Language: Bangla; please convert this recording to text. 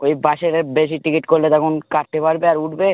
ওই বাসের এ বেশি টিকিট করলে তখন কাটতে পারবে আর উঠবে